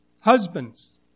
Husbands